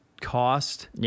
cost